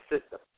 system